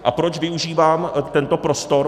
A proč využívám tento prostor?